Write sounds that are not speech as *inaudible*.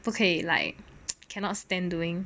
不可以 like *noise* cannot stand doing